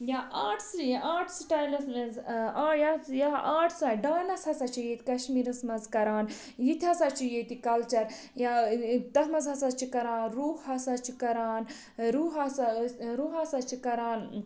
یا arts arts سٹایلَس منٛز یہِ حظ یا آرٹٕس ڈانٕس ہسا چھِ ییٚتہِ کَشمیٖرَس منٛز کران یِتھٕ ہسا چھ ییٚتہِ کَلچَر یا تَتھ منٛز ہَسا چھِ کران روٗح ہسا چھِ کَران روٗح ہسا ٲسۍ روٗح ہسا چھِ کران